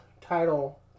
title